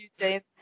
James